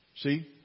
See